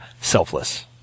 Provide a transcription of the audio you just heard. Selfless